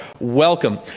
welcome